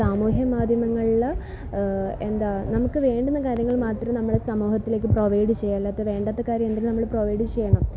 സമൂഹ മാധ്യമങ്ങളിൽ എന്താണ് നമുക്ക് വേണ്ടുന്ന കാര്യങ്ങൾ മാത്രം നമ്മൾ സമൂഹത്തിലേക്ക് പ്രൊവൈഡ് ചെയ്യുകയുള്ളൂ അപ്പോൾ വേണ്ടാത്ത കാര്യങ്ങളുണ്ടെങ്കിൽ നമ്മൾ പ്രൊവൈഡ് ചെയ്യണം ഇപ്പോൾ